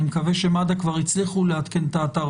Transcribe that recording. אני מקווה שמד"א כבר הצליחו לעדכן את האתר